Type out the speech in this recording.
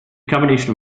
combination